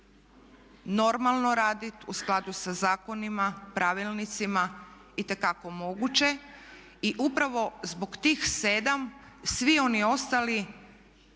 normalno radit u skladu sa zakonima, pravilnicima itekako moguće. I upravo zbog tih 7 svi oni ostali